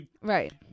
Right